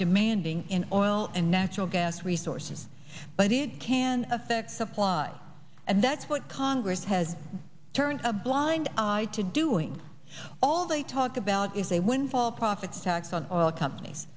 demanding in oil and natural gas resources but it can affect supply and that's what congress has turned a blind eye to doing all they talk about is a windfall profits tax on oil companies